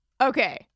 okay